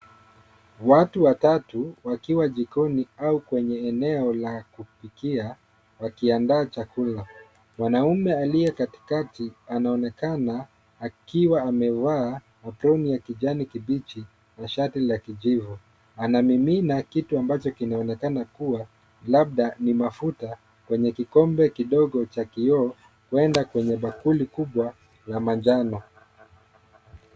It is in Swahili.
Watu watatu wakiwa jikoni au kwenye eneo la kupikia wakiandaa chakula. Mwanaume aliye katikati, anaonekana akiwa amevaa aproni ya kijani kibichi na shati ya kijivu. Anamimina kitu ambacho kinaonekana kuwa labda ni mafuta kwenye kikombe kidogo cha kioo huenda kwenye bakuli kubwa ya manjano.